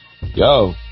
Yo